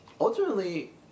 ultimately